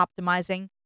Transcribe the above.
optimizing